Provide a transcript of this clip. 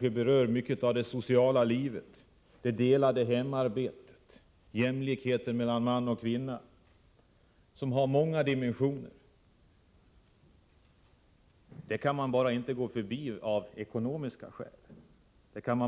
berör mycket av det sociala livet, det delade hemarbetet och jämställdheten mellan man och kvinna, vilken har många dimensioner. Allt detta kan man inte av ekonomiska skäl bara gå förbi.